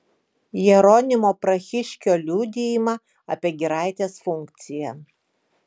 jeronimo prahiškio liudijimą apie giraitės funkciją